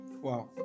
Wow